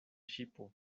ŝipo